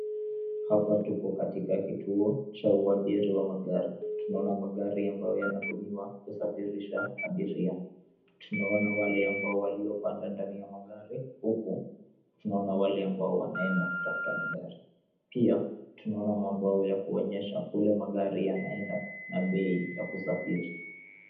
Hapa tuko katika kituo cha uabiri wa magari utaona magari ambayo yanatumiwa kusafirisha abiria. Tunawaona wale walio panda ndani ya magari huku unaona wale ambao wameenda kutafuta magari pia tunaona mabao ya kuonyesha magari yanakoenda na bei ya kusafiri